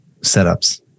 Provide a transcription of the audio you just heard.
setups